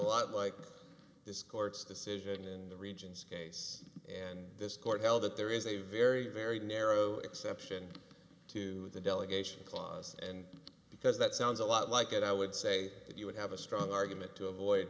lot like this court's decision in the regions case and this court held that there is a very very narrow exception to the delegation clause and because that sounds a lot like it i would say that you would have a strong argument to avoid